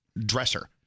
dresser